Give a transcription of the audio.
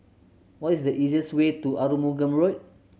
what is the easiest way to Arumugam Road